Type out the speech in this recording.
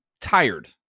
tired